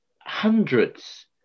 hundreds